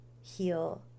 heal